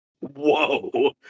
Whoa